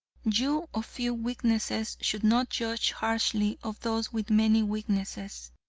you of few weaknesses should not judge harshly of those with many weaknesses.